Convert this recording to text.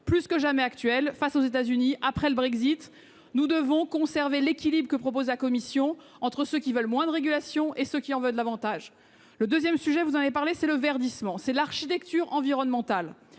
plus que jamais actuelle face aux États-Unis, après le Brexit. Nous devons conserver l'équilibre que propose la Commission entre ceux qui veulent moins de régulations et ceux qui en veulent davantage. Deuxièmement, il s'agit du verdissement, c'est-à-dire de l'architecture environnementale.